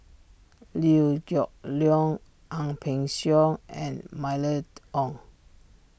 Liew Geok Leong Ang Peng Siong and Mylene Ong